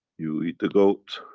you eat the goat,